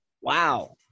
wow